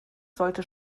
sollte